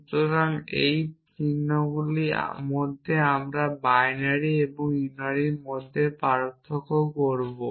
সুতরাং এই চিহ্নগুলির মধ্যে আমরা বাইনারি এবং ইউনারির মধ্যে পার্থক্য করব